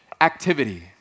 activity